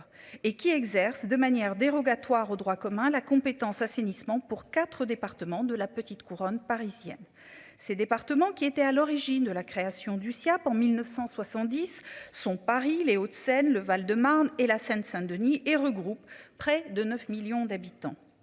Et qui exerce de manière dérogatoire au droit commun la compétence assainissement pour 4 départements de la petite couronne parisienne. Ces départements qui était à l'origine de la création du sien pour 1970 sont Paris Les Hauts-de-Seine, le Val-de-Marne et la Seine-Saint-Denis et regroupe près de 9 millions d'habitants.